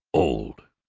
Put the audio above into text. old!